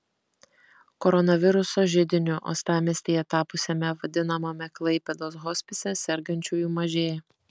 koronaviruso židiniu uostamiestyje tapusiame vadinamame klaipėdos hospise sergančiųjų mažėja